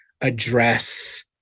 address